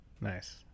Nice